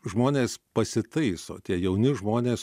žmonės pasitaiso tie jauni žmonės